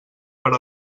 per